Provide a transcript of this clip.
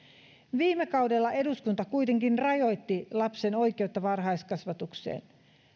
viime kaudella eduskunta kuitenkin rajoitti lapsen oikeutta varhaiskasvatukseen